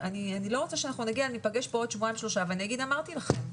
אני לא רוצה שאנחנו ניפגש פה עוד שבועיים שלושה ואני אגיד אמרתי לכם.